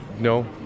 No